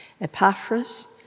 Epaphras